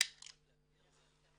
המוצעת שלנו